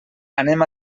anem